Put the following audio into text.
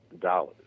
dollars